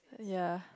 yea